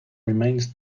remains